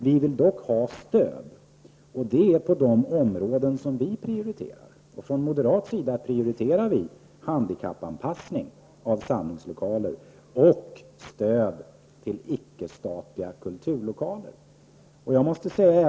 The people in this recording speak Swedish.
Vi vill dock ha stöd, och det är på de områden som vi prioriterar. Från moderat sida prioriterar vi handikappanpassning av samlingslokaler och stöd till icke-statliga kulturlokaler.